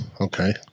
okay